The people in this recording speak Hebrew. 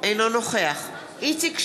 אינו נוכח איציק שמולי,